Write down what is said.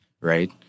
right